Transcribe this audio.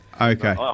Okay